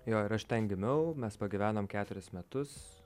jo ir aš ten gimiau mes pagyvenom keturis metus